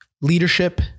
leadership